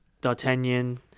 D'Artagnan